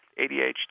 ADHD